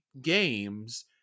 games